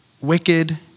wicked